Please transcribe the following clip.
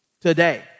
today